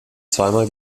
zweimal